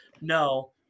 No